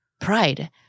pride